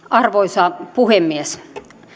arvoisa puhemies